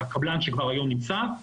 הקבלן שכבר היום נמצא,